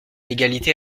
l’égalité